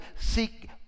seek